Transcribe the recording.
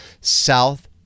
south